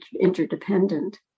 interdependent